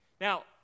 Now